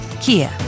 Kia